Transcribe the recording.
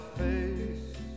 face